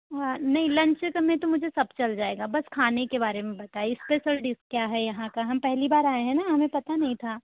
नहीं लंच से तो मैं तो मुझे सब चल जाएगा बस खाने के बारे में बताइए स्पेशल डिश क्या है यहाँ का हम पहली बार आये है ना हमें पता नहीं था